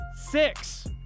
Six